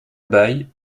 bayle